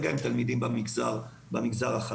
כרגע הם תלמידים במגזר החרדי.